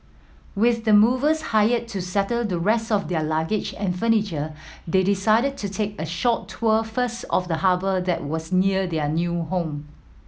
with the movers hired to settle the rest of their luggage and furniture they decided to take a short tour first of the harbour that was near their new home